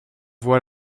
voix